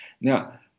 Now